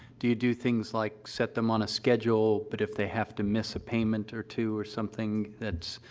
do you do things like set them on a schedule, but if they have to miss a payment or two or something, that's,